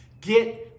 get